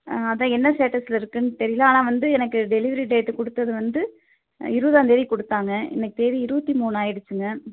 அதுதான் என்ன ஸ்டேட்டஸில் இருக்குதுன்னு தெரியல ஆனால் வந்து எனக்கு டெலிவரி டேட் கொடுத்தது வந்து இருபதாந்தேதி கொடுத்தாங்க இன்றைக்கு தேதி இருபத்தி மூணு ஆயிடுச்சுங்க